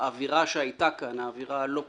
באווירה שהייתה כאן, האווירה הלא פשוטה,